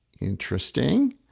Interesting